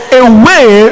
away